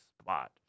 spot